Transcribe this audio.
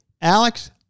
Alex